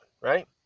right